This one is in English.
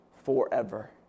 Forever